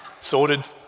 sorted